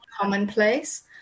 commonplace